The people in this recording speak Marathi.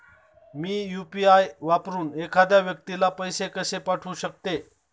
मी यु.पी.आय वापरून एखाद्या व्यक्तीला पैसे कसे पाठवू शकते?